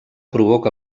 provoca